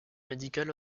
médical